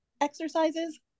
exercises